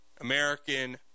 American